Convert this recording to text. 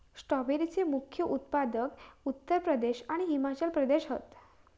स्ट्रॉबेरीचे प्रमुख उत्पादक उत्तर प्रदेश आणि हिमाचल प्रदेश हत